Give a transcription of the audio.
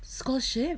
scholarship